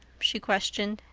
she questioned.